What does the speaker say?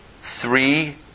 three